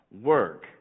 work